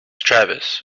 travis